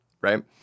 right